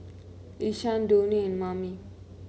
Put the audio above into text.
Ishaan Donnie and Mamie